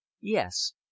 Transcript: Yes